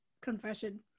confession